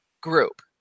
group